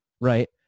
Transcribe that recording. right